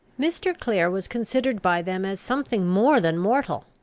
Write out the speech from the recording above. mr. clare was considered by them as something more than mortal.